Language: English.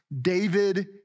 David